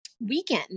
weekend